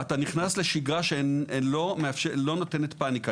אתה נכנס לשגרה שלא נותנת פאניקה,